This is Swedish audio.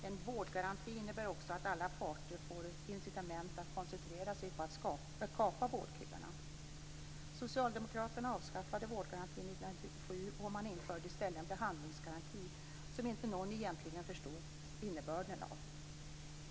En vårdgaranti innebär också att alla parter får incitament att koncentrera sig på att kapa vårdköerna. och införde i stället en behandlingsgaranti som ingen egentligen förstod innebörden av.